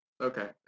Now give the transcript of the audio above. Okay